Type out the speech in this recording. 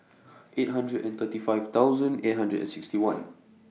eight hundred and thirty five thousand eight hundred and sixty one